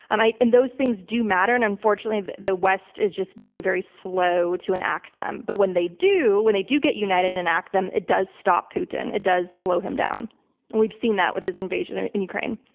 and like and those things do matter and unfortunately the west is just very, very slow to enact them but when they do when they do get united and enact them it does stop putin, it does slow him down and we've seen that with his invasion in ukraine.